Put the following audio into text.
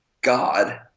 God